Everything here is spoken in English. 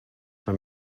from